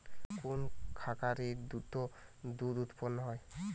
কোন খাকারে দ্রুত দুধ উৎপন্ন করে?